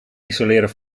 isoleren